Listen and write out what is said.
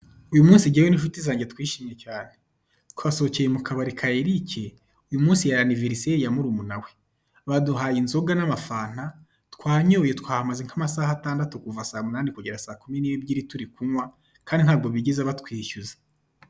Uyu munsi njyewe n'inshuti zanjye twishimye cyane, twasohokeye mu kabari ka Eric, uyu munsi yari aniveriseri ya murumuna we, baduhaye inzoga n'amafana, twanyoye twahamaze nk'amasaha atandatu, kuva saa munani kugera saa kumi n'ebyiri turi kunywa kandi ntabwo bigeze batwishyuza.